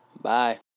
Bye